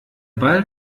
ball